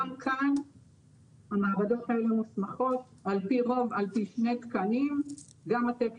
כבר היום יש מספר תקנים שמופיעים